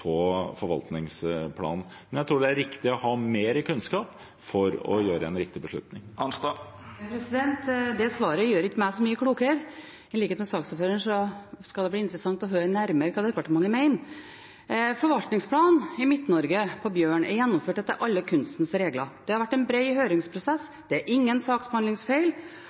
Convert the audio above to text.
riktig å ha mer kunnskap for å ta en riktig beslutning. Det svaret gjør ikke meg så mye klokere. I likhet med saksordføreren synes jeg det skal bli interessert å høre nærmere hva departementet mener. Forvaltningsplanen i Midt-Norge for bjørn er gjennomført etter alle kunstens regler. Det har vært en bred høringsprosess, det er ingen saksbehandlingsfeil,